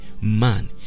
man